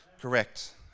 Correct